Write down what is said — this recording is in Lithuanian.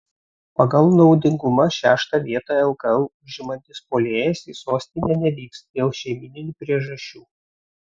pagal naudingumą šeštą vietą lkl užimantis puolėjas į sostinę nevyks dėl šeimyninių priežasčių